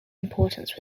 importance